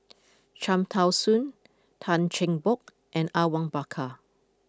Cham Tao Soon Tan Cheng Bock and Awang Bakar